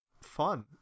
fun